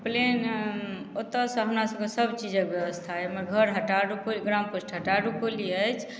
plane ओतऽसँ हमरा सबके सब चीजके व्यवस्था अइ हमर घर हटा रुपौली ग्राम पोस्ट हटा रुपौली अछि